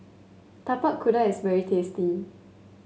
Tapak Kuda is very tasty